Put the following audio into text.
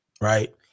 Right